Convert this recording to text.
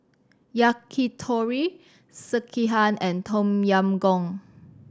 Yakitori Sekihan and Tom Yam Goong